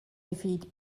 definito